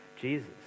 Jesus